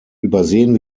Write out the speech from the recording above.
übersehen